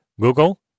Google